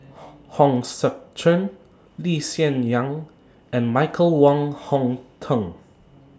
Hong Sek Chern Lee Hsien Yang and Michael Wong Hong Teng